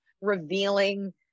revealing